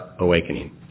awakening